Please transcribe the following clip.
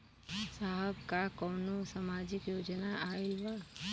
साहब का कौनो सामाजिक योजना आईल बा?